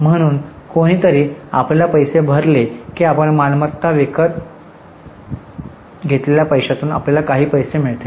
म्हणून कोणीतरी आपल्याला पैसे भरले की आपण मालमत्ता विकत घेतलेल्या पैशातून आपल्याला काही पैसे मिळतील